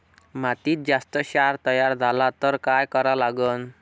मातीत जास्त क्षार तयार झाला तर काय करा लागन?